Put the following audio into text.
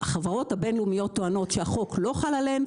החברות הבין-לאומיות טוענות שהחוק הישראלי לא חל עליהן